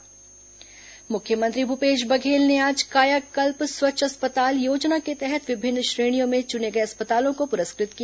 कायाकल्प स्वच्छ अस्पताल मुख्यमंत्री भूपेश बघेल ने आज कायाकल्प स्वच्छ अस्पताल योजना के तहत विभिन्न श्रेणियों में चुने गए अस्पतालों को पुरस्कृत किया